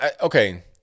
Okay